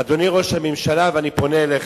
אדוני ראש הממשלה, אני פונה אליך.